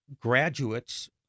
graduates